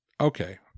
okay